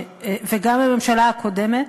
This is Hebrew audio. וגם של הממשלה הקודמת,